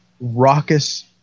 raucous